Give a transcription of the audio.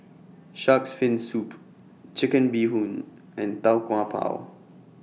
Shark's Fin Soup Chicken Bee Hoon and Tau Kwa Pau